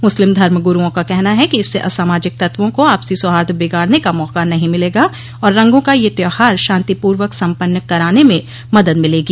मुस्लिम धर्म गुरूओं का कहना है कि इसस असामाजिक तत्वों को आपसी सौहार्द बिगाड़ने का मौका नहीं मिलेगा और रंगों का यह त्यौहार शांतिपूर्वक सम्पन्न कराने में मदद मिलेगी